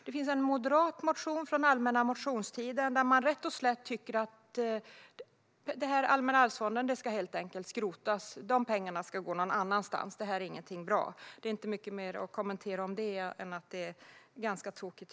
Det finns en moderat motion från allmänna motionstiden där man rätt och slätt anser att Allmänna arvsfonden ska skrotas och att pengarna ska gå någon annanstans. Man tycker inte att fonden är bra. Den motionen är inte mycket att kommentera, tycker jag, annat än att den är ganska tokig.